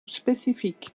spécifiques